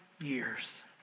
years